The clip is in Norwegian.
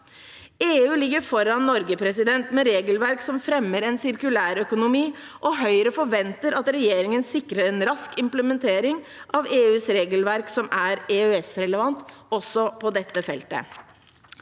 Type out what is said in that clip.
EU ligger foran Norge med regelverk som fremmer en sirkulær økonomi, og Høyre forventer at regjeringen sikrer en rask implementering av EUs regelverk, som er EØS-relevant også på dette feltet.